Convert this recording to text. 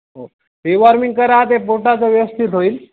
हो ते वॉर्मिंग करा ते पोटाचं व्यवस्थित होईल